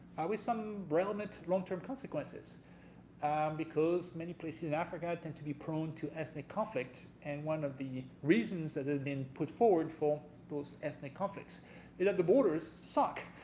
with some relevant long-term consequences because many places in africa tend to be prone to ethnic conflict and one of the reasons that have been put forward for those ethnic conflicts are that the borders suck!